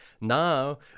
Now